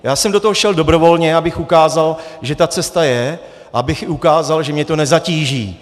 Já jsem do toho šel dobrovolně, abych ukázal, že ta cesta je, a abych i ukázal, že mě to nezatíží.